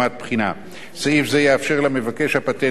סעיף זה יאפשר למבקש הפטנט כמו גם לצד שלישי